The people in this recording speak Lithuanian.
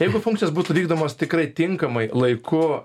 jeigu funkcijos būtų vykdomos tikrai tinkamai laiku